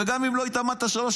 וגם אם לא התאמנת שלוש,